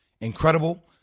incredible